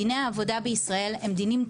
דיני העבודה בישראל הם דינים טריטוריאליים.